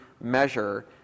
measure